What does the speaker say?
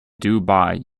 dubai